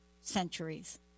centuries